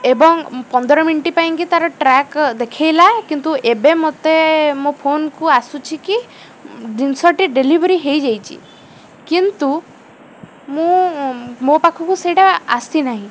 ଏବଂ ପନ୍ଦର ମିନିଟ୍ ପାଇଁକି ତା'ର ଟ୍ରାକ୍ ଦେଖାଇଲା କିନ୍ତୁ ଏବେ ମୋତେ ମୋ ଫୋନ୍କୁ ଆସୁଛି କି ଜିନିଷଟି ଡେଲିଭରି ହେଇଯାଇଛି କିନ୍ତୁ ମୁଁ ମୋ ପାଖକୁ ସେଇଟା ଆସି ନାହିଁ